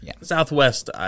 Southwest